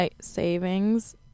Savings